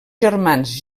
germans